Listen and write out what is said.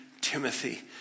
Timothy